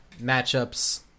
matchups